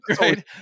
Right